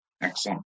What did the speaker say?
Excellent